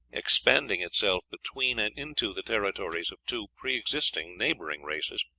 expanding itself between and into the territories of two pre-existing neighboring races,